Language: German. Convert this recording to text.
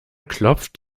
klopft